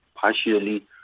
partially